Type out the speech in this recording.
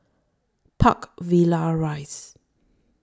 Park Villas Rise